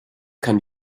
kann